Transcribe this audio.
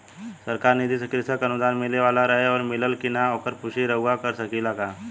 सरकार निधि से कृषक अनुदान मिले वाला रहे और मिलल कि ना ओकर पुष्टि रउवा कर सकी ला का?